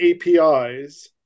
APIs